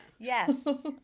Yes